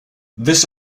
this